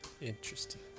interesting